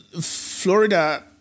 Florida